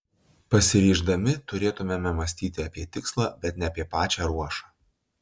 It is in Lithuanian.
pasiryždami turėtumėme mąstyti apie tikslą bet ne apie pačią ruošą